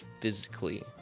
physically